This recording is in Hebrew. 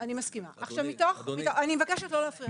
אני מסכימה, עכשיו מתוך, אני מבקשת לא להפריע לי.